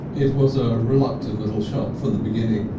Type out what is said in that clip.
it was a reluctant little shop from the beginning.